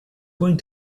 going